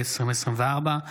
התשפ"ה 2024,